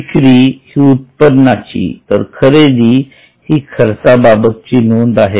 विक्री ही उत्पन्नाची तर खरेदी ही खर्चाबाबतची नोंद आहे